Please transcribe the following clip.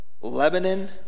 Lebanon